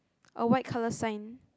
a white colour sign